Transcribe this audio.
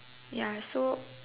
ya so